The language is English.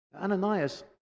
Ananias